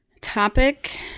Topic